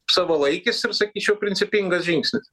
savalaikis ir sakyčiau principingas žingsnis